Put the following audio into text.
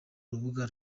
urubuga